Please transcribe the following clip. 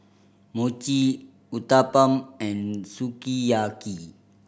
Mochi Uthapam and Sukiyaki